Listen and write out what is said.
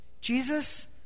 Jesus